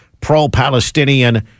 pro-Palestinian